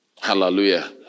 Hallelujah